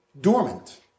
Dormant